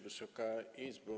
Wysoka Izbo!